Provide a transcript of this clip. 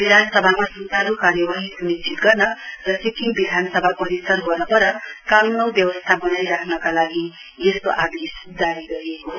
विधानसभामा स्चारु कार्यवाही स्निश्चित गर्न र सिक्किम विधानसभा परिसर वरपर कानुन औ व्यवस्था वनाइराख्नका लागि यस्तो आदेश जारी गरिएको हो